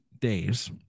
days